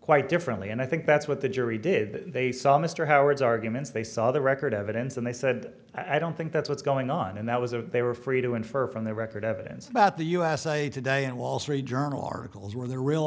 quite differently and i think that's what the jury did they saw mr howard's arguments they saw the record evidence and they said i don't think that's what's going on and that was a they were free to infer from the record evidence about the usa today and wall street journal articles were the real